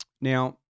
Now